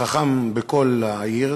החכם בכל העיר,